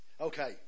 Okay